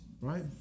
right